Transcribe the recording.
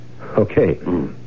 okay